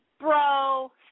bro